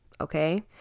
okay